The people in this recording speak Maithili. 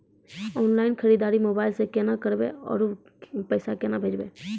ऑनलाइन खरीददारी मोबाइल से केना करबै, आरु पैसा केना भेजबै?